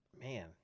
man